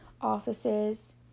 offices